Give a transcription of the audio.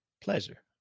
pleasure